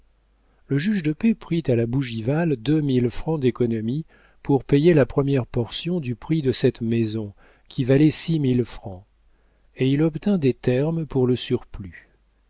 le juge de paix prit à la bougival deux mille francs d'économies pour payer la première portion du prix de cette maison qui valait six mille francs et il obtint des termes pour le surplus